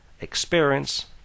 experience